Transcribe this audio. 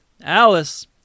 Alice